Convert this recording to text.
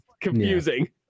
confusing